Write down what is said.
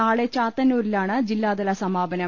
നാളെ ചാത്തന്നൂരിലാണ് ജില്ലാതല സമാപനം